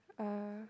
uh